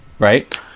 Right